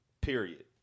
Period